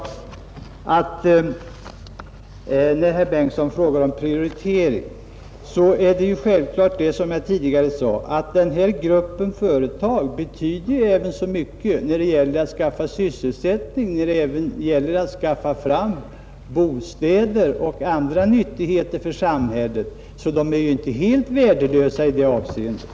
När herr Bengtsson i Landskrona sedan talar om prioritering är det självklart, som jag sade tidigare, att denna grupp företag betyder mycket även när det gäller att ordna sysselsättning och skaffa fram bostäder och andra nyttigheter för samhället, så de företagen är ju inte helt värdelösa i det avseendet.